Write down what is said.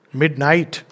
midnight